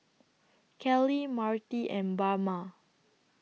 Kellie Marty and Bama